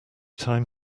time